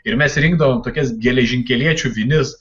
ir mes rinkdavom tokias geležinkeliečių vinis